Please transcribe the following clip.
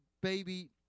baby